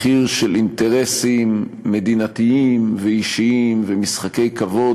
מחיר של אינטרסים מדינתיים ואישיים ומשחקי כבוד